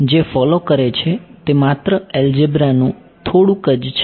તેથી હવે જે ફોલો કરે છે તે માત્ર એલ્જેબ્રા નું થોડુંક જ છે